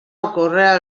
ocorre